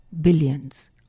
billions